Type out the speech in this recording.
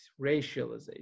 racialization